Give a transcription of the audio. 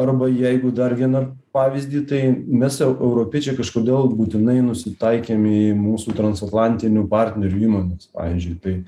arba jeigu dar vieną pavyzdį tai mes eu europiečiai kažkodėl būtinai nusitaikėm į mūsų transatlantinių partnerių įmones pavyzdžiui tai